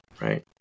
right